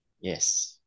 yes